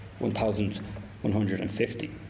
1,150